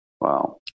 Wow